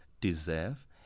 deserve